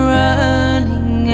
running